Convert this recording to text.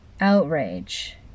outrage